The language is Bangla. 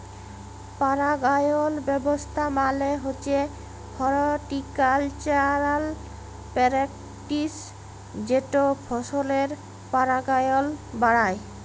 পারাগায়ল ব্যাবস্থা মালে হছে হরটিকালচারাল প্যারেকটিস যেট ফসলের পারাগায়ল বাড়ায়